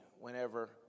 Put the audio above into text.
whenever